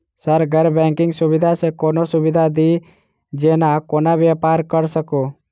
Sir गैर banking सुविधा सँ कोनों सुविधा दिए जेना कोनो व्यापार करऽ सकु?